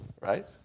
right